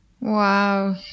Wow